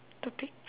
topic